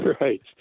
right